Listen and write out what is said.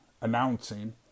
announcing